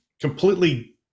completely